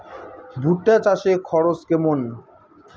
ভুট্টা চাষে খরচ কেমন?